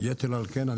יתר על כן,